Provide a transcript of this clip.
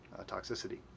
toxicity